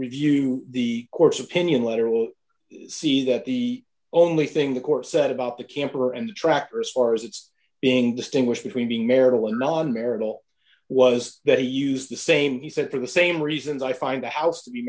review the court's opinion letter will see that the only thing the court said about the camper and trackers far d as it's being distinguish between being maryland non marital was that they used the same he said for the same reasons i find the house to be